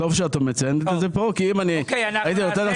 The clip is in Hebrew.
טוב שאת מציינת את זה כאן כי אם הייתי נותן לך